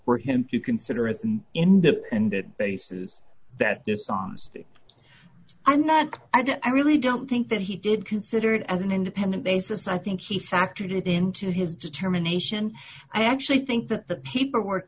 for him to consider it an independent bases that dishonesty and that i really don't think that he did consider it as an independent basis i think he factor it into his determination i actually think the paperwork